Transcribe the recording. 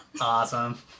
Awesome